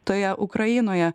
toje ukrainoje